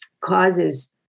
causes